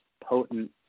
potent